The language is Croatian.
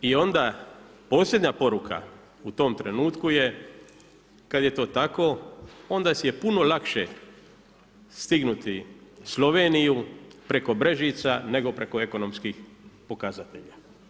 I onda posljednja poruka u tom trenutku je kad je to tako, onda je puno lakše stignuti Sloveniju preko Brežica nego preko ekonomski pokazatelja.